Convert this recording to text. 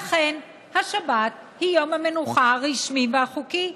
ואכן, השבת היא יום המנוחה הרשמי והחוקי.